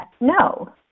no